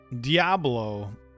Diablo